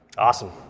Awesome